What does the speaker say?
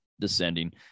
descending